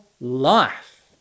life